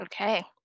Okay